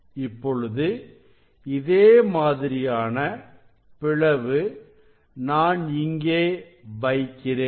இப்பொழுது இதே மாதிரியான பிளவு நான் இங்கே வைக்கிறேன்